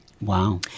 Wow